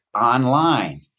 online